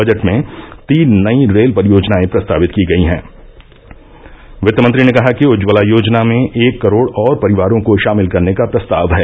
budget में तीन नई रेल परियोजनाएं प्रस्तावित की गई हैँ वित्तमंत्री ने कहा कि उज्ज्वला योजना में एक करोड़ और परिवारों को शामिल करने का प्रस्ताव है